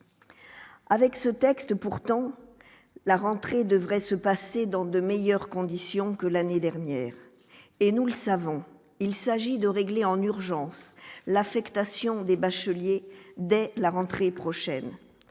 avec ce texte pourtant la rentrée devrait se passer dans de meilleures conditions que l'année dernière et nous le savons, il s'agit de régler en urgence l'affectation des bacheliers dès la rentrée prochaine,